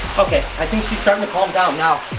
okay, i think she's starting to calm down now.